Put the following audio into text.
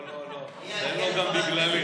לא לא לא, תן לו גם בגללי.